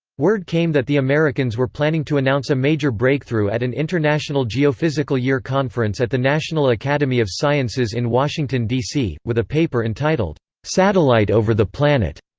word came that the americans were planning to announce a major breakthrough at an international geophysical year conference at the national academy of sciences in washington d c, with a paper entitled satellite over the planet,